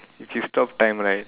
if you stop time right